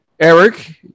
Eric